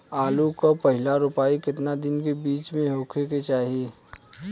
आलू क पहिला रोपाई केतना दिन के बिच में होखे के चाही?